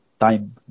time